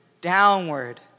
downward